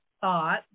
thought